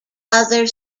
other